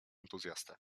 entuzjastę